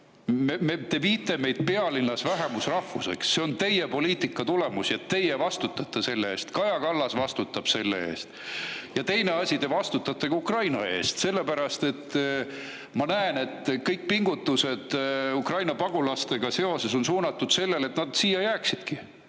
Te viite meid pealinnas vähemusrahvuseks. See on teie poliitika tulemus. Teie vastutate selle eest, Kaja Kallas vastutab selle eest. Ja teine asi, te vastutate ka Ukraina eest, sellepärast et ma näen, et kõik pingutused Ukraina pagulastega seoses on suunatud sellele, et nad siia jääksidki.